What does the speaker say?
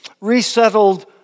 resettled